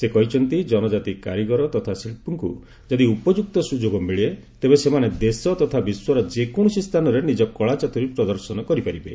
ସେ କହିଛନ୍ତି ଜନଜାତି କାରିଗର ତଥା ଶିଳ୍ପୀଙ୍କୁ ଯଦି ଉପଯୁକ୍ତ ସୁଯୋଗ ମିଳେ ତେବେ ସେମାନେ ଦେଶ ତଥା ବିଶ୍ୱର ଯେକୌଣସି ସ୍ଥାନରେ ନିଜ କଳା ଚାତୁରୀ ପ୍ରଦର୍ଶନ କରିପାରିବେ